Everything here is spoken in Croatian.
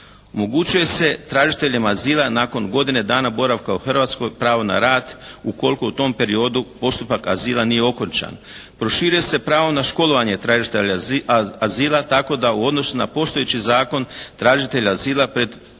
Omogućuje se tražiteljima azila nakon godine dana boravka u Hrvatskoj pravo na rad ukoliko u tom periodu postupak azila nije okončan. Proširuje se pravo na školovanje tražitelja azila tako da u odnosu na postojeći zakon tražitelj azila pred,